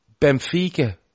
Benfica